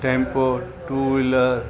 tempo two wheeler